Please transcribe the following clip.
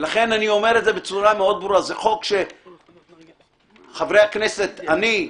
לכן אני אומר זאת בצורה מאוד ברורה זה חוק שחברי הכנסת אני,